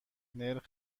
نرخ